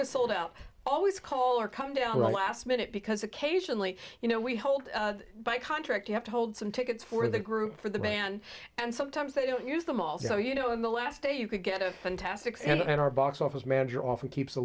is sold out always call or come down the last minute because occasionally you know we hold by contract you have to hold some tickets for the group for the band and sometimes they don't use them all so you know in the last day you could get a fantastic and then our box office manager often keeps a